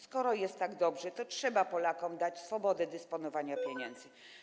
Skoro jest tak dobrze, to trzeba Polakom dać swobodę dysponowania pieniędzmi.